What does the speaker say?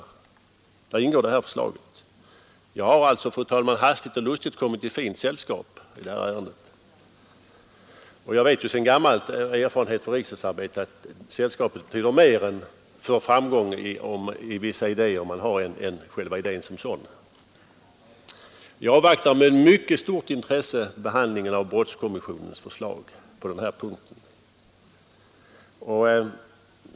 Jag har alltså, fru talman, hastigt och lustigt kommit i fint sällskap. Jag vet sedan gammalt genom erfarenheter från riksdagsarbetet att sällskapet betyder mera för framgången för en viss idé än själva idén som sådan. j Jag avvaktar med mycket stort intresse behandlingen av brottskommissionens förslag på denna punkt.